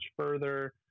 further